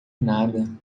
nada